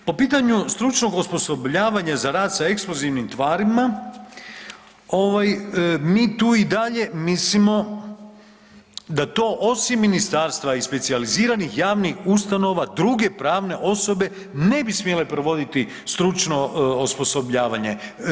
Dalje, po pitanju stručnog osposobljavanja za rad sa eksplozivnim tvarima ovaj mi tu i dalje mislimo da to osim ministarstava i specijaliziranih javnih ustanova druge pravne osobe ne bi smjele provoditi stručno osposobljavanje.